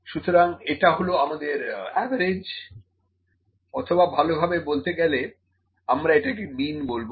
সুতরাং এটা হলো আমাদের অ্যাভারেজ অথবা ভালোভাবে বলতে গেলে আমরা এটাকে মিন বলবো